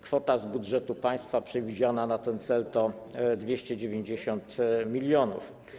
Kwota z budżetu państwa przewidziana na ten cel to 290 mln.